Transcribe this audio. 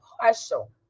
partial